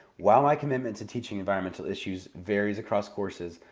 while my commitment to teaching environmental issues varies across courses,